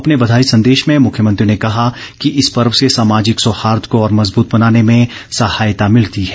अपने बधाई संदेश में मुख्यमंत्री ने कहा कि इस पर्व से सामाजिक सौहार्द को और मजबूत बनाने में सहायता भिलती है